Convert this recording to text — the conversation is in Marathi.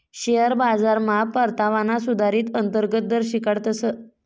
शेअर बाजारमा परतावाना सुधारीत अंतर्गत दर शिकाडतस